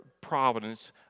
providence